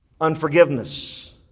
Unforgiveness